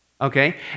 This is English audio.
okay